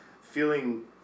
feeling